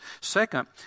Second